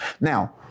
Now